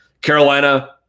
Carolina